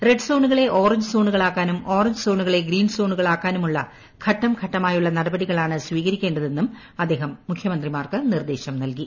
റെഡ്സോണു കളെ ഓറഞ്ച് സോണൂകളാക്കാനൂം ഓറഞ്ച് സോണൂകളെ ഗ്രീൻ സോണുകളാക്കാനുമുള്ള ഘട്ടം ഘട്ടമായുള്ള നടപടികളാണ് സ്വീകരിക്കേണ്ടതെന്നും അദ്ദേഹം മുഖ്യമന്ത്രിമാർക്ക് നിർദ്ദേശം നൽകി